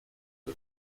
kto